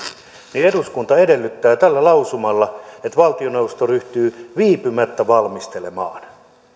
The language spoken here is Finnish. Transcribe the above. eduskuntahan edellyttää tällä lausumalla että valtioneuvosto ryhtyy viipymättä valmistelemaan